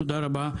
תודה רבה.